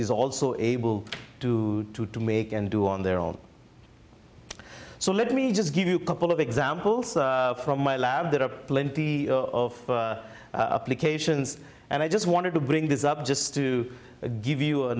is also able to do to make and do on their own so let me just give you a couple of examples from my lab there are plenty of occasions and i just wanted to bring this up just to give you a